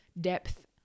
depth